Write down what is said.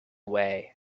way